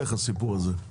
הסיפור הזה לא ילך.